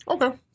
okay